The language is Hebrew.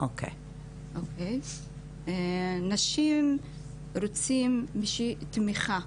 נשים רוצות תמיכה,